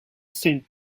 saint